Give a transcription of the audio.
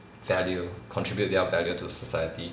value contribute their value to society